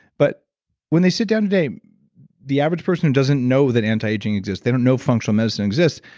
but when they sit down today the average person doesn't know that anti-aging exists. they don't know functional medicine exists.